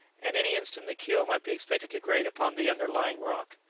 and any instant the keel might be expected to grate upon the under-lying rock.